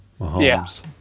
Mahomes